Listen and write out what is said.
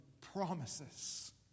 promises